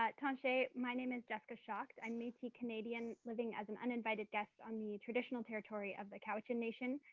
um tawnshi. my name is jessica schacht. i'm metis-canadian living as an uninvited guest on the traditional territory of the cowichan nation,